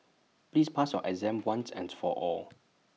please pass your exam once and for all